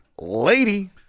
Lady